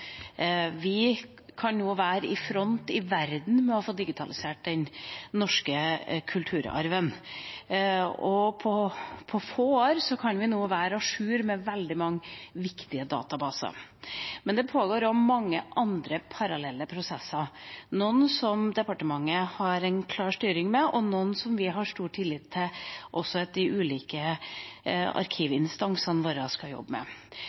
Vi kan nå være i front i verden med å få digitalisert den norske kulturarven, og på få år kan vi være à jour med veldig mange viktige databaser. Men det pågår også mange andre, parallelle, prosesser – noen som departementet har en klar styring med, og noen som vi har stor tillit til at de ulike arkivinstansene våre skal jobbe med.